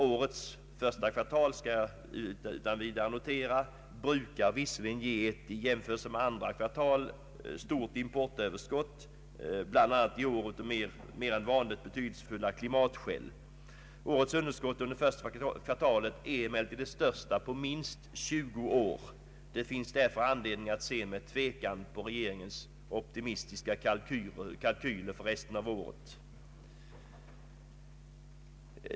Årets första kvartal brukar visserligen ge ett i jämförelse med övriga kvartal stort importöverskott, bl.a. av i år mer än vanligt betydelsefulla klimatskäl. Årets underskott under första kvartalet är emellertid det största på minst 20 år. Det finns därför anledning att se med tvekan på regeringens optimistiska kalkyler för resten av året.